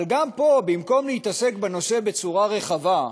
אבל גם פה, במקום להתעסק בנושא בצורה רחבה,